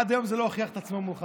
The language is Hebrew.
עד היום זה לא הוכיח את עצמו מולך